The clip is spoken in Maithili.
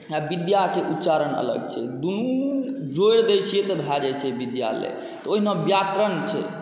आओर विद्याके उच्चारण अलग छै दुनू जोड़ि दै छिए तऽ भऽ जाइ छै विद्यालय तऽ ओहिना व्याकरण छै